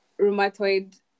rheumatoid